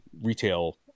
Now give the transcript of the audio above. retail